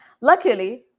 Luckily